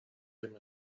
him